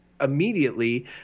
immediately